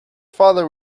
father